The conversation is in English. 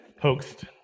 hoaxed